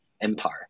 empire